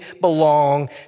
belong